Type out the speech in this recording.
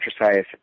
exercise –